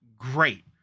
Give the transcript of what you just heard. Great